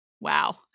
Wow